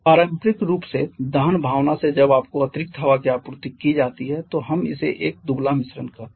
पारंपरिक रूप से दहन भावना से जब आपको अतिरिक्त हवा की आपूर्ति की जाती है तो हम इसे एक दुबला मिश्रण कहते हैं